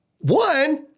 One